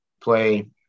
play